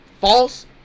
false